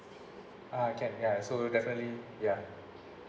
ah can ya so definitely ya